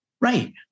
Right